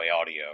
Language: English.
Audio